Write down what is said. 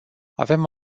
avem